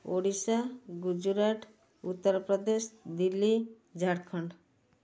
Odisha Gujarat Uttar Pradesh Delhi Jharkhand